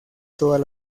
todas